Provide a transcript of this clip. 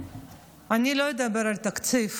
אני לא אדבר על התקציב,